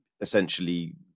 essentially